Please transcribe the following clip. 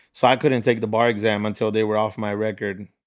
so i couldn't take the bar exam until they were off my record.